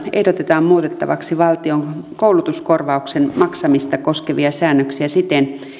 ehdotetaan muutettavaksi valtion koulutuskorvauksen maksamista koskevia säännöksiä siten